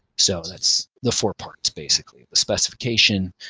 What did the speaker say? so that's the four parts basically the specification,